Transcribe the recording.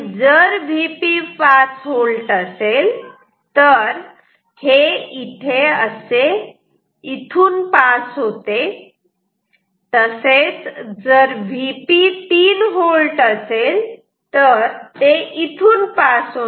जर Vp 5V असेल तर हे असे इथून पास होते तसेच जर Vp 3V असेल तर ते इथून पास होणार